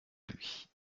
lui